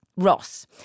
Ross